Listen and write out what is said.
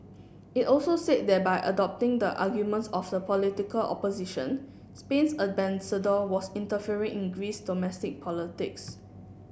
it also said that by adopting the arguments of the political opposition Spain's ambassador was interfering in Greece's domestic politics